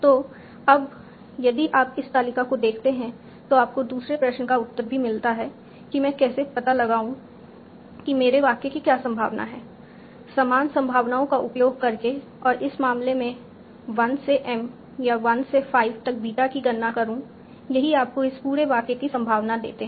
तो अब यदि आप इस तालिका को देखते हैं तो आपको दूसरे प्रश्न का उत्तर भी मिलता है कि मैं कैसे पता लगाऊं कि मेरे वाक्य की क्या संभावना है समान संभावनाओं का उपयोग करके और इस मामले में 1 से m या 1 से 5 तक बीटा की गणना करूं यही आपको इस पूरे वाक्य की संभावना देते हैं